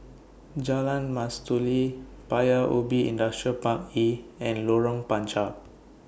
Jalan Mastuli Paya Ubi Industrial Park E and Lorong Panchar